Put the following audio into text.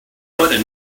sudden